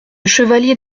chevalier